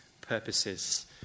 purposes